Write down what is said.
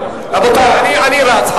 רבותי, אני רץ.